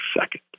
second